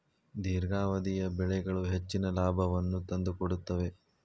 ದೇರ್ಘಾವಧಿಯ ಬೆಳೆಗಳು ಹೆಚ್ಚಿನ ಲಾಭವನ್ನು ತಂದುಕೊಡುತ್ತವೆ